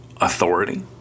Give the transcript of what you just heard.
Authority